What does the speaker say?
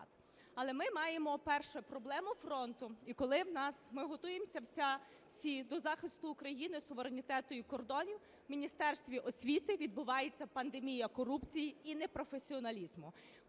Але ми маємо, перше, проблему фронту. І коли ми готуємось всі до захисту України, суверенітету її кордонів, в Міністерстві освіти відбувається пандемія корупції і непрофесіоналізму.